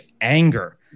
anger